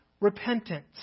repentance